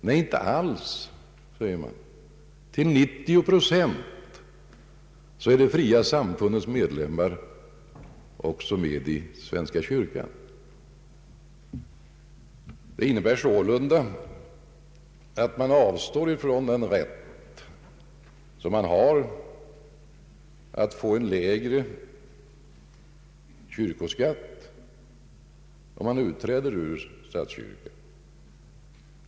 Nej, inte alls, svarade man, till 90 procent är de fria samfundens medlemmar också med i svenska kyrkan. Det innebär sålunda att man avstår från sin rätt att få lägre kyrkoskatt genom att utträda ur statskyrkan.